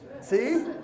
see